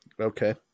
Okay